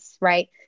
Right